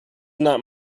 not